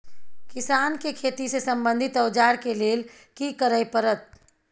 किसान के खेती से संबंधित औजार के लेल की करय परत?